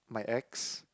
my ex